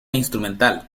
instrumental